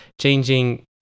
changing